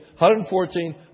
114